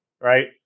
right